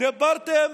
דיברתם